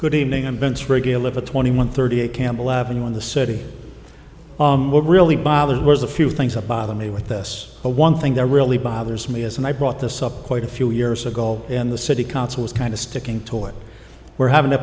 good evening and vents regular twenty one thirty eight campbell avenue in the city what really bothered was a few things that bother me with this but one thing that really bothers me is and i brought this up quite a few years ago in the city council was kind of sticking to it we're